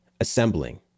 assembling